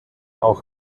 auch